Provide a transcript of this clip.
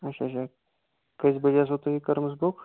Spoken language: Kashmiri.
اچھا اچھا کٔژِ بَجہِ ٲسوٕ تۄہہِ یہِ کٔرمٕژ بُک